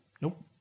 Nope